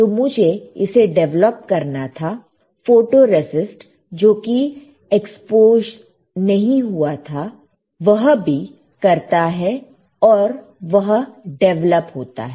तो मुझे इसे डिवेलप करना था फोटोरेसिस्ट जोकि एक्स्पोज़ नहीं हुआ था वह विक रहता है और वह डेवलप होता है